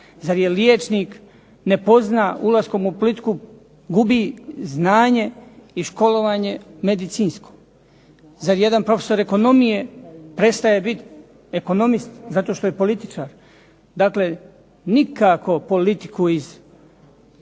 Zar je liječnik ne pozna ulaskom u politiku gubi znanje i školovanje medicinsko? Zar jedan profesor ekonomije prestaje biti ekonomist zato što je političar? Dakle, nikako politiku iz